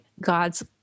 God's